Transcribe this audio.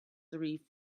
three